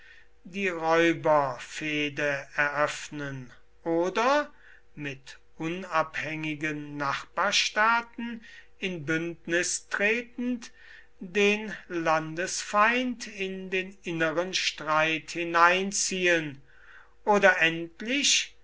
die räuberfehde eröffnen oder mit unabhängigen nachbarstaaten in bündnis tretend den landesfeind in den inneren streit hineinziehen oder endlich